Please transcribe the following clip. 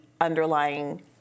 underlying